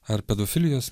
ar pedofilijos